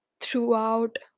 throughout